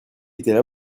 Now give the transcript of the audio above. étaient